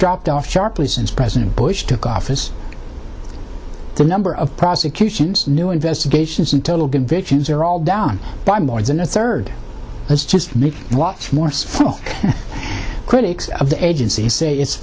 dropped off sharply since president bush took office the number of prosecutions new investigations and total convictions are all down by more than a third it's just me what morris from critics of the agency say i